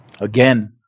Again